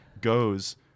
goes